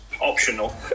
optional